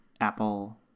Apple